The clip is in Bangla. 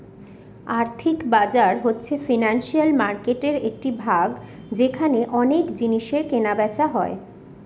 আর্থিক বাজার হচ্ছে ফিনান্সিয়াল মার্কেটের একটি ভাগ যেখানে অনেক জিনিসের কেনা বেচা হয়